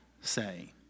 say